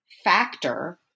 factor